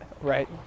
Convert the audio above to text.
Right